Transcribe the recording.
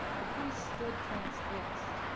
the priest stood transfixed,